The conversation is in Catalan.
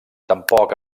tampoc